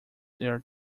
their